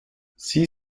sie